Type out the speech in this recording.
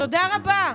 תודה רבה.